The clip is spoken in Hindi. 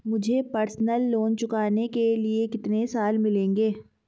मुझे पर्सनल लोंन चुकाने के लिए कितने साल मिलेंगे?